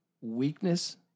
weakness